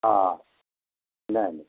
ఉన్నాయండి